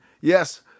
yes